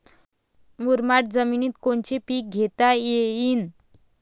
मुरमाड जमिनीत कोनचे पीकं घेता येईन?